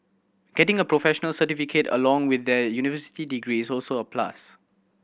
getting a professional certificate along with their university degree is also a plus